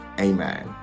amen